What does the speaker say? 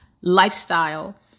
lifestyle